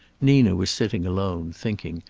nina was sitting alone, thinking,